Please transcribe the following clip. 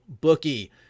bookie